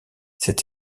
cette